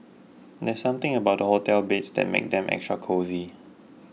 there's something about hotel beds that makes them extra cosy